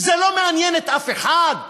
זה לא מעניין אף אחד?